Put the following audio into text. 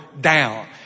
down